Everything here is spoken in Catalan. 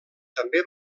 també